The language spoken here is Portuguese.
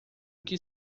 que